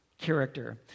character